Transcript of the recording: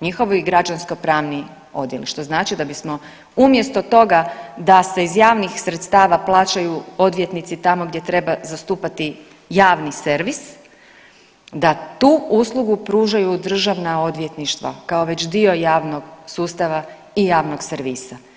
njihovi građansko-pravni odjeli što znači da bismo umjesto toga da se iz javnih sredstava plaćaju odvjetnici tamo gdje treba zastupati javni servis, da tu uslugu pružaju Državna odvjetništva kao već dio javnog sustava i javnog servisa.